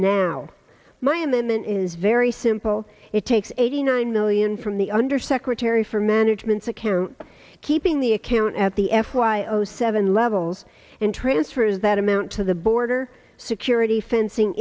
amendment is very simple it takes eighty nine million from the undersecretary for management's account keeping the account at the f y o seven levels and transfers that amount to the border security fencing